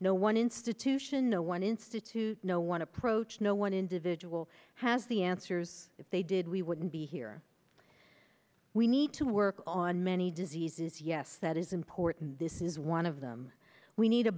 no one institution no one institute no one approach no one individual has the answers if they did we wouldn't be here we need to work on many diseases yes that is important this is one of them we need a